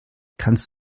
kannst